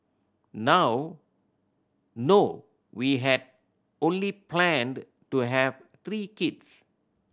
now no we had only planned to have three kids